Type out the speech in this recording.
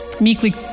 Meekly